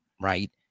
right